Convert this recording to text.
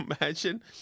imagine